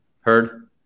Heard